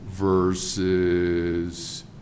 versus